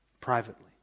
Privately